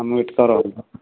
हम वेट करब